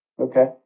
Okay